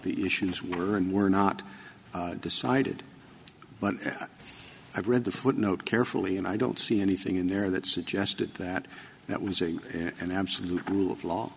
the issues were and were not decided but i've read the footnote carefully and i don't see anything in there that suggested that that was a an absolute rule of law